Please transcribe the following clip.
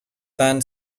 van